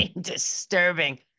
disturbing